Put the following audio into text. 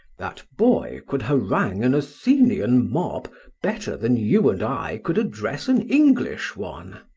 that boy could harangue an athenian mob better than you and i could address an english one.